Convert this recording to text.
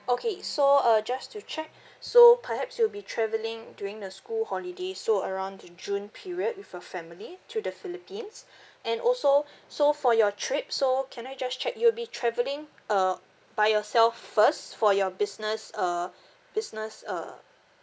okay so uh just to check so perhaps you'll be travelling during the school holidays so around the june period with your family to the philippines and also so for your trip so can I just check you'll be travelling uh by yourself first for your business uh business uh